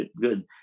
good